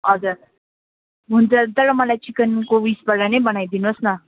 हजुर हुन्छ तर मलाई चिकनको उइसबड नै बनाइदिनोस् न